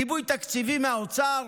גיבוי תקציבי מהאוצר,